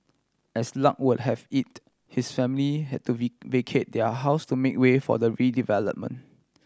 as luck would have it his family had to vacate their house to make way for the redevelopment